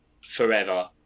forever